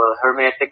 hermetic